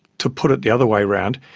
to put it the other way around,